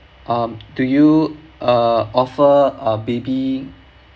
um do you uh offer a baby